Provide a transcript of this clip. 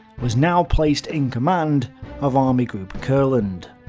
was now placed in command of army group kurland.